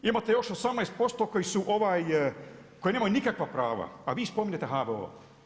Imate još 18% koji nemaju nikakva prava a vi spominjete HVO.